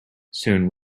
soon